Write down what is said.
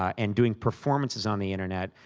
and doing performances on the internet.